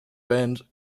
band